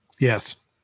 Yes